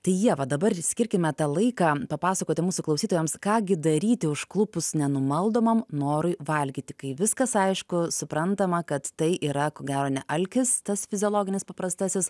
tai ieva dabar skirkime tą laiką papasakoti mūsų klausytojams ką gi daryti užklupus nenumaldomam norui valgyti kai viskas aišku suprantama kad tai yra ko gero ne alkis tas fiziologinis paprastasis